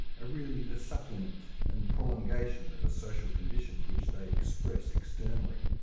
ah really the supplement and prolongation of a social condition which they express externally.